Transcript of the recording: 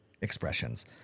expressions